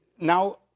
now